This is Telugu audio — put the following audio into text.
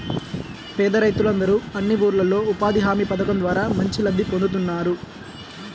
పేద రైతులందరూ అన్ని ఊర్లల్లో ఉపాధి హామీ పథకం ద్వారా మంచి లబ్ధి పొందుతున్నారు